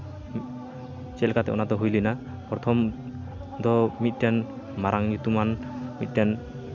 ᱪᱮᱫᱞᱮᱠᱟᱛᱮ ᱚᱱᱟ ᱫᱚ ᱦᱩᱭ ᱞᱮᱱᱟ ᱯᱨᱚᱛᱷᱚᱢ ᱫᱚ ᱢᱤᱫᱴᱮᱱ ᱢᱟᱨᱟᱝ ᱧᱩᱛᱩᱢᱟᱱ ᱢᱤᱫᱴᱮᱱ